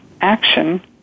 action